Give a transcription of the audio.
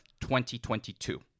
2022